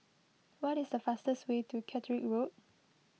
what is the fastest way to Catterick Road